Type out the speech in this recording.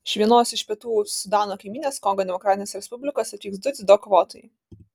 iš vienos iš pietų sudano kaimynės kongo demokratinės respublikos atvyks du dziudo kovotojai